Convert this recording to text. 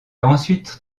ensuite